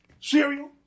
cereal